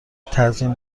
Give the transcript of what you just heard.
تزیین